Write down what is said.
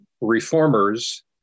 reformers